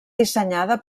dissenyada